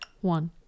one